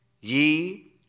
Ye